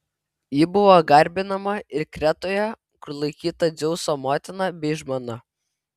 ji buvo garbinama ir kretoje kur laikyta dzeuso motina bei žmona